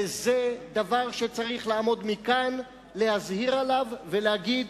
וזה דבר שצריך לעמוד כאן, להזהיר עליו ולהגיד: